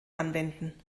anwenden